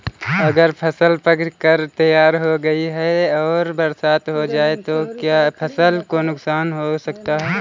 अगर फसल पक कर तैयार हो गई है और बरसात हो जाए तो क्या फसल को नुकसान हो सकता है?